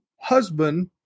husband